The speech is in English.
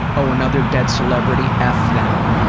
oh, another dead celebrity? f them.